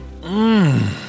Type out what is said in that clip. Mmm